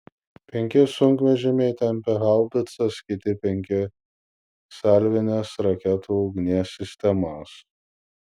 penki sunkvežimiai tempė haubicas kiti penki salvinės raketų ugnies sistemas